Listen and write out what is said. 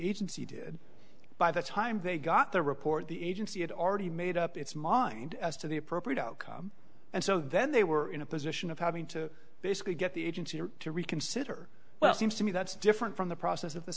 agency did by the time they got the report the agency had already made up its mind as to the appropriate outcome and so then they were in a position of having to basically get the agency to reconsider well seems to me that's different from the process of th